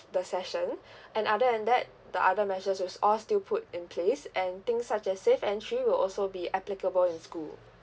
the session and other than that the other measures will st~ all still put in place and things such as safe entry will also be applicable in school